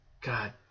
God